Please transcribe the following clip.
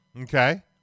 okay